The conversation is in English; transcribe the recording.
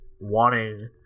wanting